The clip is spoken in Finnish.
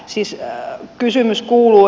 siis kysymys kuuluu